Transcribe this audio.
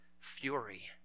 fury